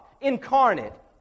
incarnate